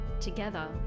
Together